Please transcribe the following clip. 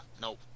nope